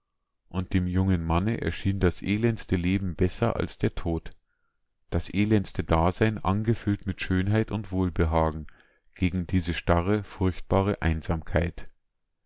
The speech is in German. und dem jungen manne erschien das elendeste leben besser als der tod das elendeste dasein angefüllt mit schönheit und wohlbehagen gegen diese starre furchtbare einsamkeit